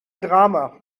drama